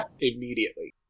immediately